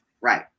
right